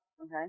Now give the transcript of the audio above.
okay